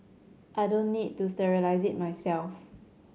I don't need to sterilise it myself